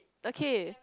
okay